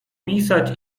pisać